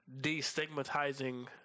destigmatizing